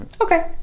Okay